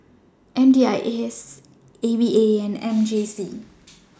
MDIS AVA and MJC